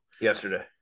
Yesterday